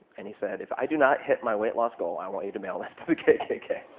and he said, if i do not hit my weight-loss goal, i want you to mail this to the kkk.